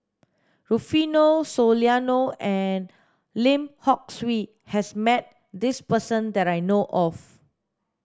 Rufino Soliano and Lim Hock Siew has met this person that I know of